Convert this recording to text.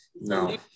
no